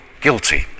guilty